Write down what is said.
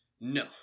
No